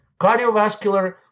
cardiovascular